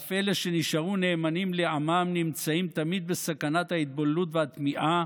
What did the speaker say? ואף אלה שנשארו נאמנים לעמם נמצאים תמיד בסכנת ההתבוללות והטמיעה